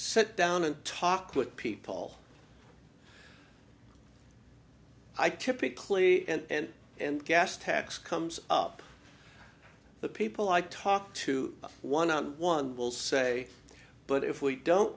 sit down and talk with people i typically end and gas tax comes up the people i talk to one on one will say but if we don't